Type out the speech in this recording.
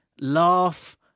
laugh